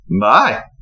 Bye